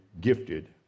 gifted